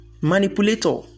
manipulator